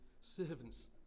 servants